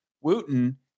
Wooten